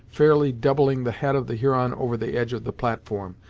fairly doubling the head of the huron over the edge of the platform,